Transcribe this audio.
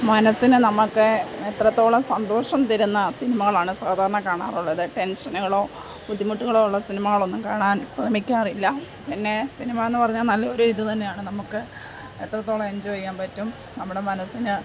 മനസ്സിന് നമുക്ക് എത്രത്തോളം സന്തോഷം തരുന്ന സിനിമകളാണ് സാധാരണ കാണാറുള്ളത് ടെൻഷനുകളോ ബുദ്ധിമുട്ടുകളോ ഉള്ള സിനിമകളൊന്നും കാണാൻ ശ്രമിക്കാറില്ല പിന്നേ സിനിമ എന്ന് പറഞ്ഞാൽ നല്ലൊരു ഇത് തന്നെയാണ് നമുക്ക് എത്രത്തോളം എഞ്ചോയ് ചെയ്യാൻ പറ്റും നമ്മുടെ മനസ്സിന്